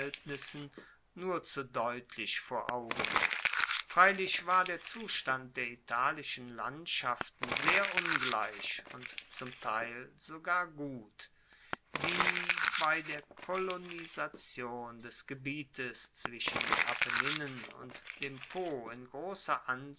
nur zu deutlich vor augen freilich war der zustand der italischen landschaften sehr ungleich und zum teil sogar gut die bei der kolonisation des gebietes zwischen den apenninen und dem po in grosser